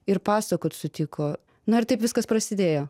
ir pasakot sutiko na ir taip viskas prasidėjo